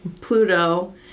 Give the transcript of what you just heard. Pluto